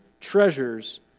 treasures